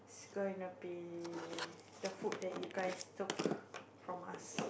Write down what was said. it's going to be the food that you guys took from us